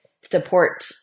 support